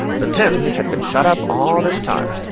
the tents had been shut up all this time.